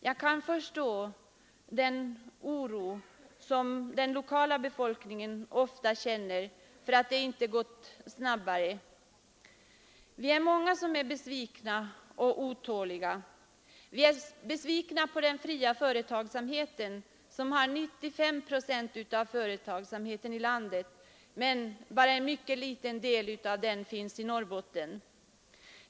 Jag kan förstå den oro som den lokala befolkningen ofta känner för att det inte går snabbare. Vi är många som är besvikna och otåliga. Vi är besvikna på de fria företagarna, som har 95 procent av företagsamheten i landet. Endast en mycket liten andel finns i Norrbotten.